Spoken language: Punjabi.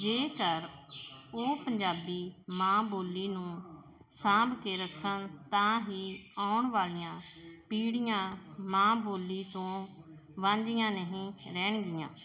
ਜੇਕਰ ਉਹ ਪੰਜਾਬੀ ਮਾਂ ਬੋਲੀ ਨੂੰ ਸਾਂਭ ਕੇ ਰੱਖਣ ਤਾਂ ਹੀ ਆਉਣ ਵਾਲੀਆਂ ਪੀੜ੍ਹੀਆਂ ਮਾਂ ਬੋਲੀ ਤੋਂ ਵਾਂਝੀਆਂ ਨਹੀਂ ਰਹਿਣਗੀਆਂ